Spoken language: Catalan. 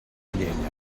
llenya